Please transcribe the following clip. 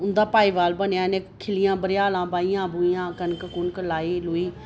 उं'दा भाईवाल बनेआ ते इ'नें खिल्लियां बरैआलां बाहियां कनक कुनक लाई लुई